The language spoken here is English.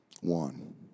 one